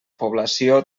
població